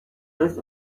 است